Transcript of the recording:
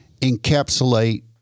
encapsulate